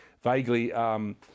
vaguely